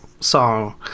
song